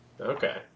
Okay